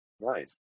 Nice